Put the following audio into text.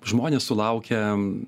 žmonės sulaukę